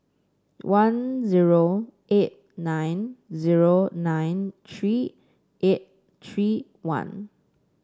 one zero eight nine zero nine three eight three one